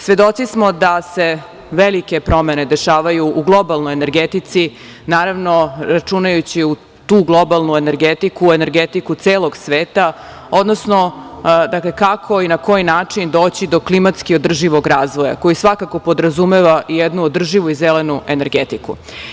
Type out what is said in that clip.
Svedoci smo da se velike promene dešavaju u globalnoj energetici, naravno računajući u tu globalnu energetiku, energetiku celog sveta odnosno, dakle, kako i na koji način doći do klimatski održivog razvoja koji svakako podrazumeva jednu održivu i zelenu energetiku.